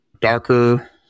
darker